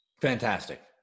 Fantastic